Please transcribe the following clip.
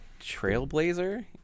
Trailblazer